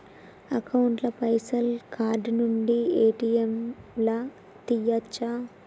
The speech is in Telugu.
అకౌంట్ ల పైసల్ కార్డ్ నుండి ఏ.టి.ఎమ్ లా తియ్యచ్చా?